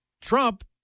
Trump